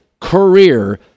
career